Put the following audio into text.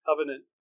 Covenant